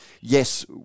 yes